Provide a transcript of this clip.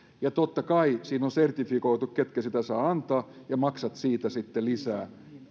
ja totta kai on sertifioitu ketkä sitä saavat antaa ja maksat siitä sitten lisää